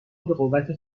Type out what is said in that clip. بقوت